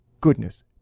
goodness